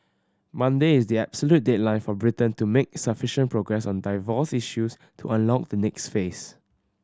Monday is the absolute deadline for Britain to make sufficient progress on divorce issues to unlock the next phase